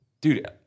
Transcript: dude